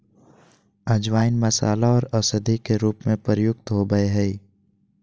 अजवाइन मसाला आर औषधि के रूप में प्रयुक्त होबय हइ